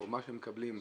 התזונה שהם מקבלים,